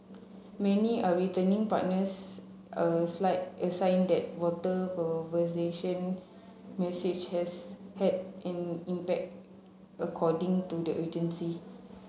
many are returning partners a a sign that water message has had an impact according to the agency